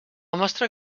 mostra